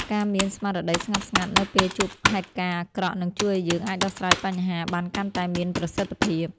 ការមានស្មារតីស្ងប់ស្ងាត់នៅពេលជួបហេតុការណ៍អាក្រក់នឹងជួយឱ្យយើងអាចដោះស្រាយបញ្ហាបានកាន់តែមានប្រសិទ្ធភាព។